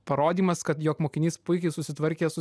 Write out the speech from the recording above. parodymas kad jog mokinys puikiai susitvarkė su